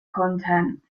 content